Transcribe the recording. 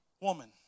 woman